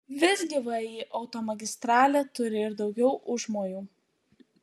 visgi vį automagistralė turi ir daugiau užmojų